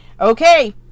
okay